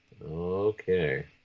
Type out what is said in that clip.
Okay